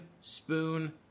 Spoon